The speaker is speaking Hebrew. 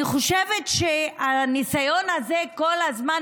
אני חושבת שהניסיון הזה כל הזמן,